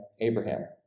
Abraham